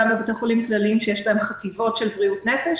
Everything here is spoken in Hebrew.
גם בבתי חולים כלליים שיש להם חטיבות של בריאות נפש